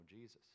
Jesus